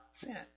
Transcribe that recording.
sin